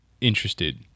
interested